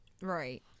Right